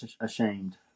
ashamed